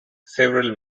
several